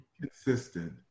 consistent